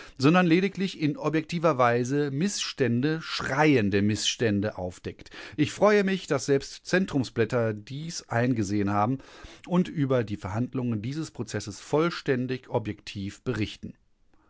sondern lediglich in objektiver weise mißstände schreiende mißstände aufdeckt ich freue mich daß selbst zentrumsblätter dies eingesehen haben und über die verhandlungen dieses prozesses vollständig objektiv berichten